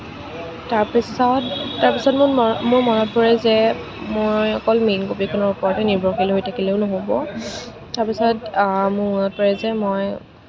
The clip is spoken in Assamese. তাৰপিছত তাৰপিছত মোৰ ম মোৰ মনত পৰিলে যে মই অকল মেইন কপীখনৰ ওপৰতে নিৰ্ভৰশীল হৈ থাকিলেও নহ'ব তাৰপিছত মোৰ মনত পৰে যে মই